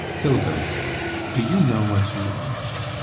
hilda do you know what you are?